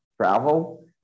travel